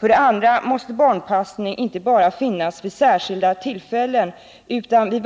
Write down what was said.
För det andra måste barnpassning finnas inte bara vid särskilda tillfällen utan alltid